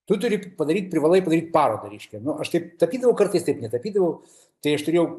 tu turi padaryt privalai padaryt parodą reiškia nu aš taip tapydavau kartais taip netapydavau tai aš turėjau